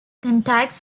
contacts